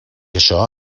això